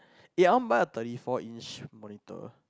eh I want buy a thirty four inch monitor